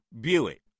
Buick